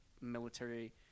military